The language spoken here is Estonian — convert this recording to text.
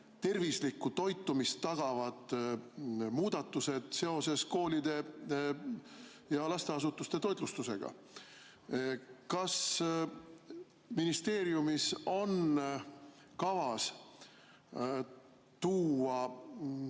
tervislikku toitumist tagavad muudatused seoses koolide ja lasteasutuste toitlustusega. Kas ministeeriumil on kavas tuua